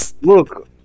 Look